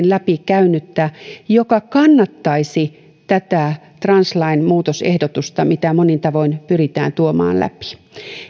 läpi käynyttä joka kannattaisi tätä translain muutosehdotusta mitä monin tavoin pyritään tuomaan läpi